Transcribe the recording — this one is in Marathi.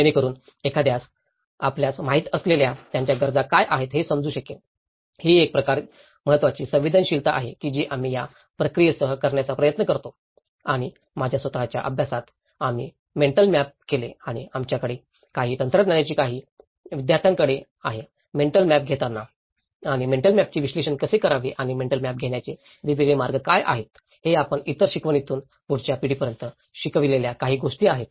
जेणेकरुन एखाद्यास आपल्यास माहित असलेल्या त्यांच्या गरजा काय आहेत हे समजू शकेल ही एक महत्त्वाची संवेदनशीलता आहे जी आम्ही त्या प्रक्रियेसह करण्याचा प्रयत्न करतो आणि माझ्या स्वत च्या अभ्यासात आम्ही मेंटल मॅप केले आणि आमच्याकडे काही तंत्रज्ञानाची काही विद्यार्थ्यांकडे आहे मेंटल मॅप घेताना आणि मेंटल मॅपचे विश्लेषण कसे करावे आणि मेंटल मॅप घेण्याचे वेगवेगळे मार्ग काय आहेत हे आपण इतर शिकवणीतून पुढच्या पिढीपर्यंत शिकवलेल्या काही गोष्टी आहेत